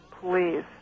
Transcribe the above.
Please